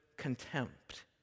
contempt